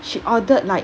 she ordered like